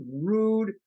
rude